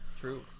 true